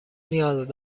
نیاز